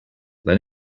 let